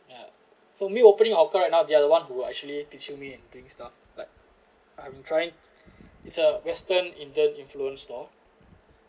ya for me opening hawker they are the one who are actually teaching me and doing stuff like I'm trying it's a western indian influenced stall